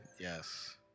Yes